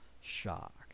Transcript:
shock